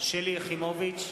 שלי יחימוביץ,